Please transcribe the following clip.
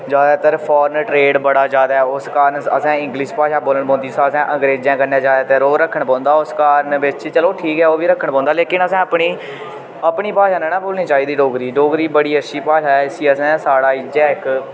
ज्यादातर foreign trade बड़ा ज्यादा उस कारण असें इंग्लिश भाशा बोलनै पौंदी असें अंग्रेजें कन्नै ज्यादातर ओह् रक्खने पौंदा उस कारण बिच्च चलो ठीक ऐ ओह् बी रक्खने पौंदा लेकिन असें अपनी अपनी भाशा नेईं ना भुल्लनी चाहिदी डोगरी डोगरी बड़ी अच्छी भाशा ऐ इसी असें साढ़ा इ'यै इक